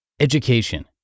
education